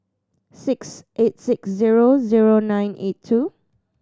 six eight six zero zero nine eight two